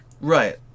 Right